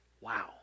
Wow